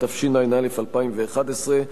התשע"א 2011,